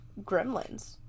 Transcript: Gremlins